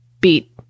beat